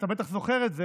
אתה בטח זוכר את זה,